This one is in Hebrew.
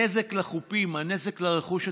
הנזק לחופים, הנזק לרכוש הציבורי,